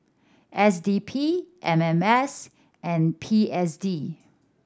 S D P M M S and P S D